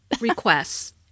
requests